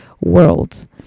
worlds